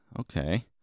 Okay